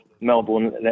Melbourne